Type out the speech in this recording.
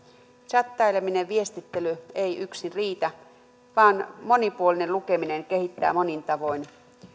tsättäileminen ja viestittely eivät yksin riitä vaan monipuolinen lukeminen kehittää monin tavoin